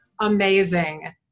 Amazing